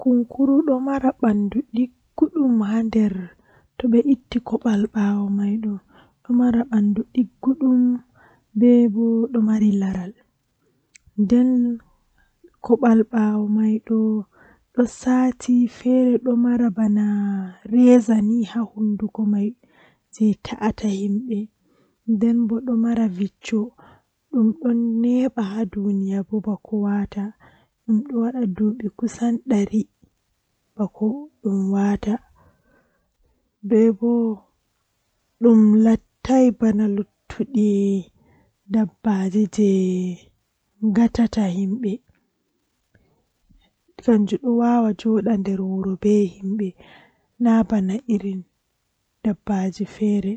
Ndikkanami mi mara ceede ɗuɗɗi haa dow wakkati duɗde ngam wakkati ɗo no ɗuuɗiri fuu to awala ceede ni ɗum bone ayarato amma to aɗon mari ceede no wakkati man famɗiri fuu to aɗon mari cede ananan belɗum ceede man masin